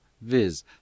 viz